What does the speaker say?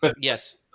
Yes